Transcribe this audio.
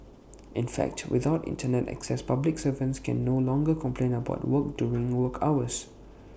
in fact without Internet access public servants can no longer complain about work during work hours